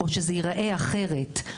או שזה יראה אחרת,